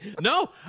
No